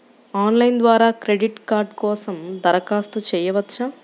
Online ద్వారా credit card కోసం దరఖాస్తు చేయవచ్చా?